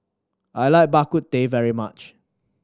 I like Bak Kut Teh very much